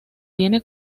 tiene